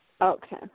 Okay